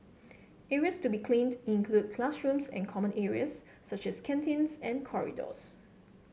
areas to be cleaned include classrooms and common areas such as canteens and corridors